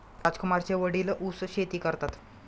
राजकुमारचे वडील ऊस शेती करतात